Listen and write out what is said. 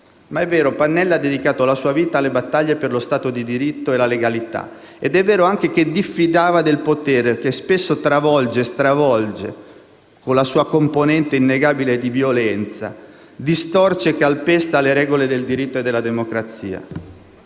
È vero, Pannella ha dedicato la sua vita alle battaglie per lo Stato di diritto e la legalità, ed è vero anche che diffidava del potere, che spesso travolge o stravolge, con la sua componente innegabile di violenza, distorce, calpesta le regole del diritto e della democrazia.